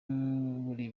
buri